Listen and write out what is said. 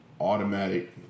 automatic